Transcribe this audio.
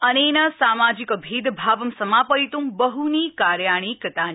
अनेन सामाजिक भेदभावं समापयित्ं बहनि कार्याणि कृतानि